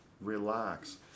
relax